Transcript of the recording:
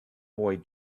boy